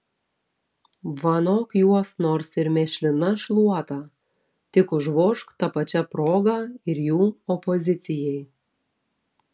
vanok juos nors ir mėšlina šluota tik užvožk ta pačia proga ir jų opozicijai